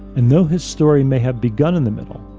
and though his story may have begun in the middle,